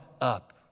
up